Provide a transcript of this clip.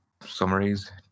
summaries